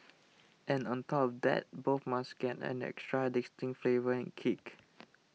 and on top of that both must get an extra distinct flavour and kick